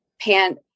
pan